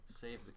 save